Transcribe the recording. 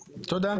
תודה.